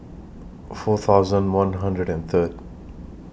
four thousand one hundred and Third